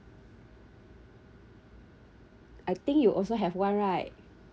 I think you also have one right